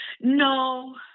No